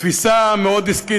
תפיסה מאוד עסקית,